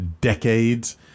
decades